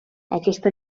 aquesta